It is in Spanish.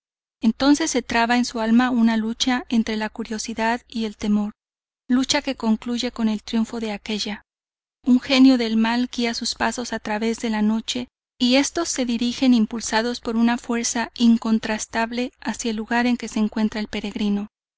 entonces se traba en su alma una lucha entre la curiosidad y el temor lucha que concluye con el triunfo de aquélla un genio del mal guía sus pasos a través de la noche y estos se dirigen impulsados por una fuerza incontrastable hacia el lugar en que se encuentra el peregrino